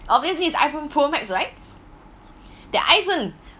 obviously iPhone pro max right the iPhone